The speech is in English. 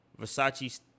Versace